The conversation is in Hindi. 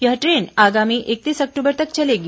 यह ट्रेन आगामी इकतीस अक्टूबर तक चलाई जाएगी